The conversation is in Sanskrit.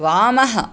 वामः